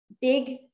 big